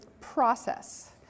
process